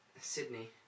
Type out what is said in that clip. Sydney